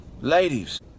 Ladies